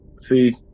See